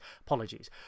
apologies